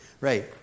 Right